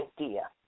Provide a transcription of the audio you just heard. idea